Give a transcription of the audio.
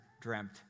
dreamt